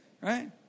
Right